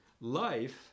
life